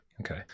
okay